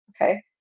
Okay